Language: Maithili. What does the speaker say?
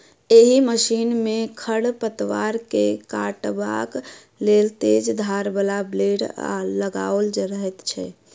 एहि मशीन मे खढ़ पतवार के काटबाक लेल तेज धार बला ब्लेड लगाओल रहैत छै